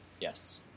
Yes